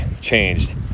changed